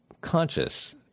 conscious